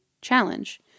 Challenge